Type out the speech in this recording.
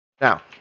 Now